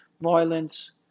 violence